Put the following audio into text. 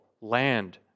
land